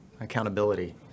accountability